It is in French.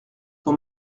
ton